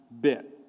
bit